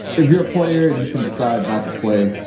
if you're a player and you can decide not to play,